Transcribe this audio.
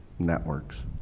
networks